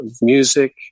music